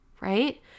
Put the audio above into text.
right